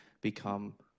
become